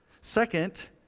Second